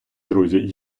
друзі